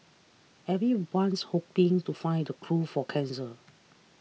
everyone's hoping to find the cure for cancer